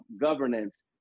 governance